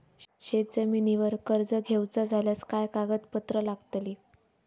शेत जमिनीवर कर्ज घेऊचा झाल्यास काय कागदपत्र लागतली?